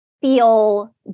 feel